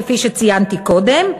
כפי שציינתי קודם,